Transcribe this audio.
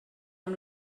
amb